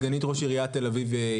סגנית ראש עיריית תל אביב-יפו,